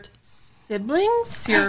siblings